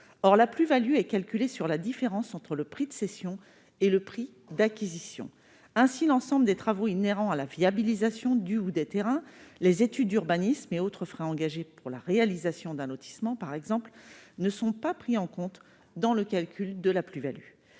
Or la plus-value est calculée sur la différence entre le prix de cession et le prix d'acquisition. Ainsi, l'ensemble des travaux inhérents à la viabilisation du ou des terrains, les études d'urbanisme et autres frais engagés pour la réalisation d'un lotissement, par exemple, ne sont pas pris en compte dans le calcul de la plus-value.